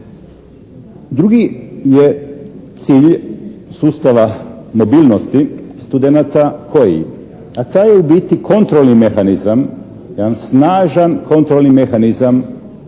Drugi je cilj sustava mobilnosti studenata koji? A taj je u biti kontrolni mehanizam, jedan snažan kontrolni mehanizam